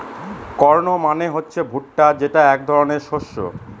corn মানে হচ্ছে ভুট্টা যেটা এক ধরনের শস্য